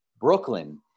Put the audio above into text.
Brooklyn